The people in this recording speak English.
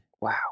Wow